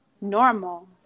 normal